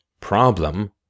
problem